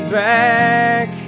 back